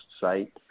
site